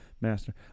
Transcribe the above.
master